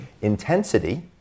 intensity